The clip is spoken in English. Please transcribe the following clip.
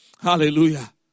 Hallelujah